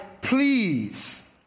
please